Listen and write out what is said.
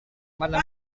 mana